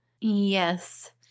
Yes